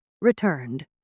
returned